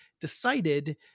decided